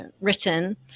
written